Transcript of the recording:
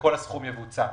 וכל הסכום יבוצע.